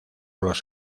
los